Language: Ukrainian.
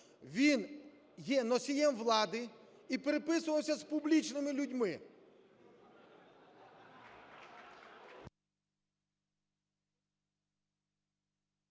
Він є носієм влади. І переписувався з публічними людьми…